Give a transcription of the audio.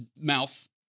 mouth